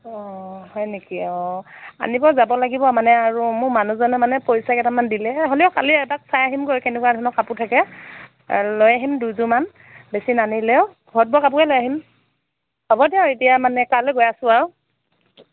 অ হয় নেকি অ আনিব যাব লাগিব মানে আৰু মোৰ মানুহজনে মানে পইচা কেইটামান দিলে হ'লেও কালি এপাক চাই আহিমগৈ কেনেকুৱা ধৰণৰ কাপোৰ থাকে লৈ আহিম দুযোৰমান বেছি নানিলেও ঘৰত বোৱা কাপোৰে লৈ আহিম হ'ব দিয়ক এতিয়া মানে কাইলৈ গৈ আছোঁ আৰু